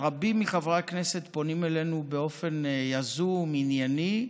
רבים מחברי הכנסת פונים אלינו באופן יזום וענייני,